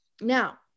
now